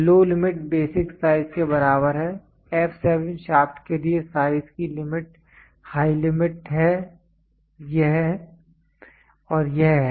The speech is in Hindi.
लो लिमिट बेसिक साइज के बराबर है f 7 शाफ्ट के लिए साइज की लिमिट हाई लिमिट है यह और यह है